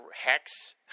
Hex